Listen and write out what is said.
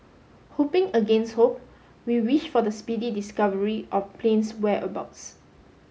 hoping against hope we wish for the speedy discovery of plane's whereabouts